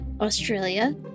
Australia